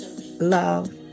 love